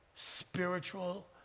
spiritual